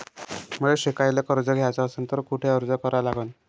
मले शिकायले कर्ज घ्याच असन तर कुठ अर्ज करा लागन?